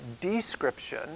description